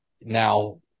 Now